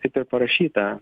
taip ir parašyta